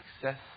success